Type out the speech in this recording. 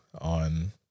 on